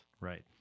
Right